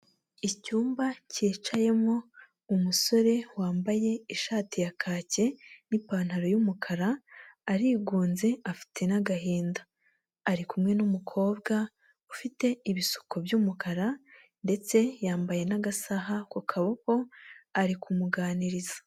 Icyumba cyicayemo umusore wambaye ishati ya kake n'ipantaro y'umukara arigunze afite n'agahinda, ari kumwe n'umukobwa ufite ibisuko by'umukara ndetse yambaye n'agasaha ku kaboko ari kumuganiriza.